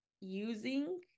using